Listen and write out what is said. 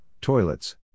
toilets